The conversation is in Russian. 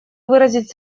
выразить